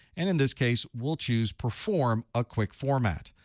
and in this case, we'll choose perform a quick format,